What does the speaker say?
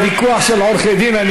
זה ויכוח של עורכי-דין,